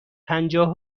پنجاه